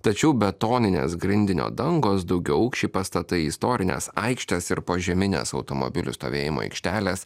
tačiau betoninės grindinio dangos daugiaaukščiai pastatai istorinės aikštės ir požeminės automobilių stovėjimo aikštelės